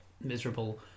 miserable